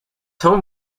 home